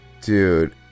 Dude